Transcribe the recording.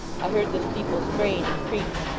i heard the steeple strain and creak.